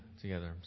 together